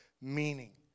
meaning